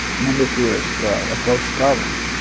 number theorist approached problems.